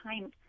time